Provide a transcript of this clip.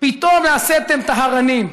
פתאום נעשיתם טהרנים.